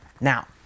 now